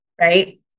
Right